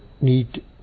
need